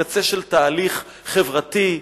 קצה של תהליך חברתי,